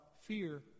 fear